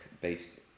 based